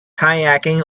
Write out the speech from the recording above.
kayaking